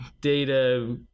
data